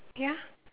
ya